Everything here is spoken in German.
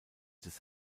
des